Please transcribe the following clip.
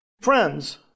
Friends